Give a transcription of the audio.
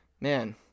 Man